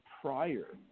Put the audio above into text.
prior